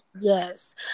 Yes